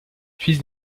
fils